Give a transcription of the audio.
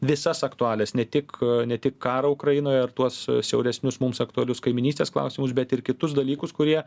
visas aktualijas ne tik ne tik karą ukrainoje ar tuos siauresnius mums aktualius kaimynystės klausimus bet ir kitus dalykus kurie